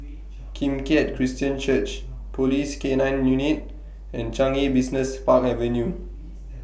Kim Keat Christian Church Police K nine Unit and Changi Business Park Avenue